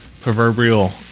proverbial